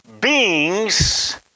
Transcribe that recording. beings